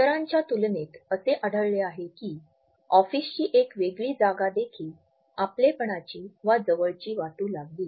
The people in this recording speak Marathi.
इतरांच्या तुलनेत असे आढळले आहे की ऑफिसची एक वेगळी जागा देखील आपलेपणाची वा जवळची वाटू लागली